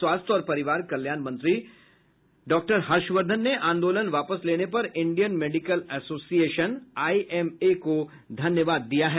स्वास्थ्य और परिवार कल्याण मंत्री डॉक्टर हर्षवर्धन ने आंदोलन वापस लेने पर Indian Medical Association I M A को धन्यवाद दिया है